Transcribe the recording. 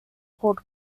called